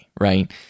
right